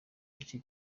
igice